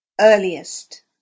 earliest